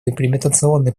имплементационной